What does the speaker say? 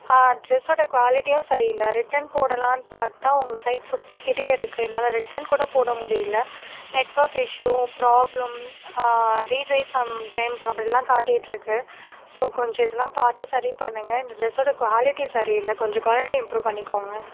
ட்ரெஸ்ஸோட குவாலிட்டியும் சரி இல்லை ரிட்டன் போடலாம்னு பார்த்தா உங்கள் சைட் சுற்றிக்கிட்டே இருக்குது என்னால் ரிட்டன் கூட போட முடியல network issue problem retry sometimes அப்படின்லாம் காட்டிட்டு இருக்குது ஸோ கொஞ்சம் இதெலாம் பார்த்து சரி பண்ணுங்கள் இந்த ட்ரெஸ்ஸோட குவாலிட்டி சரி இல்லை கொஞ்சம் குவாலிட்டி இம்ப்ரூ பண்ணிக்கோங்கள்